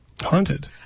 Haunted